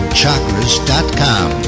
chakras.com